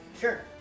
Sure